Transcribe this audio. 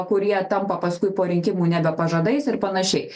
kurie tampa paskui po rinkimų nebe pažadais ir panašiai